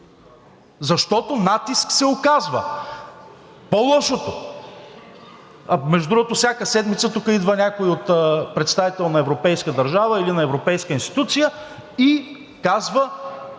Защото натиск се оказва. Между другото, всяка седмица тука идва някой представител на европейска държава или на европейска институция и казва: